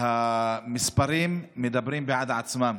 המספרים מדברים בעד עצמם.